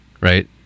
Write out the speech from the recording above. right